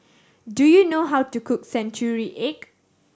do you know how to cook century egg